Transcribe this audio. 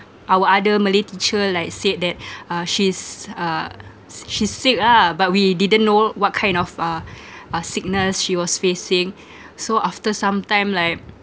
our other malay teacher like said that uh she's uh s~ she's sick ah but we didn't know what kind of uh uh sickness she was facing so after sometime like